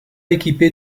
équipée